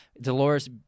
Dolores